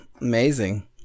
amazing